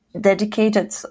dedicated